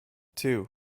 two